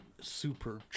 super